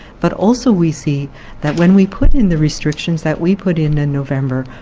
but also we see that when we put in the restrictions that we put in in november,